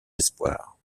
espoir